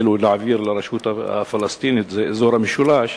ולהעביר לרשות הפלסטינית זה אזור המשולש,